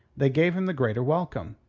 they gave him the greater welcome.